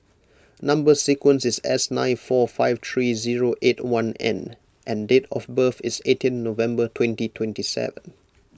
Number Sequence is S nine four five three zero eight one N and date of birth is eighteen November twenty twenty seven